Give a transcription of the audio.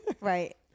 right